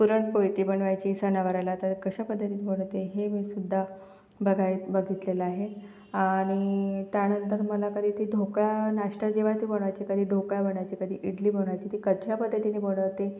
पुरणपोळी ती बनवायची सणावाराला तर कशा पद्धतीनी बनवते हे मी सुद्धा बघाय बघितलेलं आहे आणि त्यानंतर मला कधी ती ढोकळा नाश्ता जेव्हा ती बनवायची कधी ढोकळा बनवायची कधी इडली बनवायची ती कथल्या पद्धतीने बनवते